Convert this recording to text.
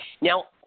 Now